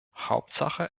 hauptsache